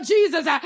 Jesus